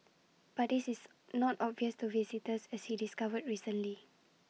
but this is not obvious to visitors as he discovered recently